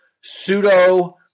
pseudo—